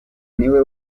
niwe